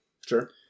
Sure